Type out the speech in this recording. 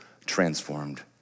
transformed